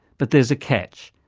but there's a catch.